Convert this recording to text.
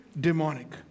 demonic